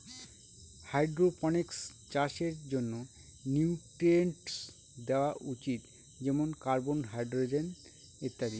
hydroponics চাষের জন্য nutrients দেওয়া উচিত যেমন কার্বন, হাইড্রজেন ইত্যাদি